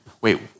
wait